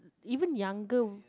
even younger